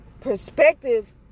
perspective